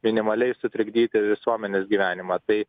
minimaliai sutrikdyti visuomenės gyvenimą tai